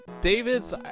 David's